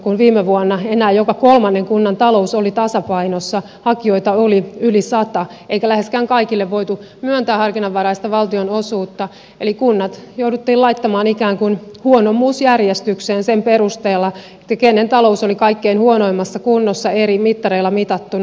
kun viime vuonna enää joka kolmannen kunnan talous oli tasapainossa hakijoita oli yli sata eikä läheskään kaikille voitu myöntää harkinnanvaraista valtionosuutta eli kunnat jouduttiin laittamaan ikään kuin huonommuusjärjestykseen sen perusteella kenen talous oli kaikkein huonoimmassa kunnossa eri mittareilla mitattuna